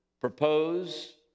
propose